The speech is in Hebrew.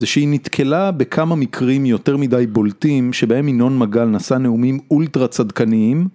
זה שהיא נתקלה בכמה מקרים יותר מדי בולטים שבהם ינון מגל נשא נאומים אולטרה צדקניים